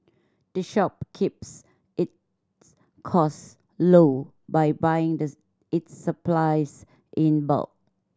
the shop keeps its cost low by buying the its supplies in bulk